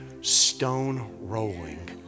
stone-rolling